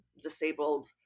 disabled